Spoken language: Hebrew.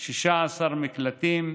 16 מקלטים,